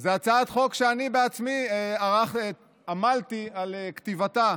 זו הצעת חוק שאני בעצמי עמלתי על כתיבתה